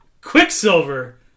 Quicksilver